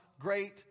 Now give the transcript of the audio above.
great